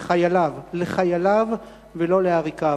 לחייליו, לחייליו ולא לעריקיו.